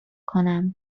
کنم